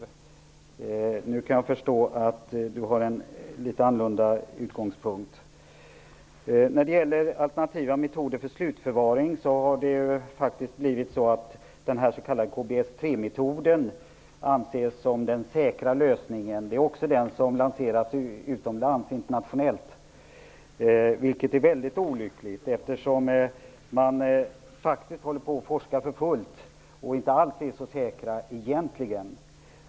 Jag kan förstå att Bengt-Ola Ryttar nu har en litet annorlunda utgångspunkt. När det gäller alternativa metoder för slutförvaring har det faktiskt blivit så att den s.k. KBS3-metoden anses som den säkra lösningen. Det är också den som lanseras utomlands, internationellt, vilket är mycket olyckligt, eftersom man faktiskt håller på att forska för fullt och inte alls är så säker egentligen.